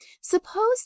suppose